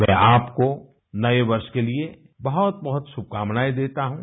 मै आपको नए वर्ष के लिए बहुत बहुत शुभकामनाएं देता हूं